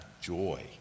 joy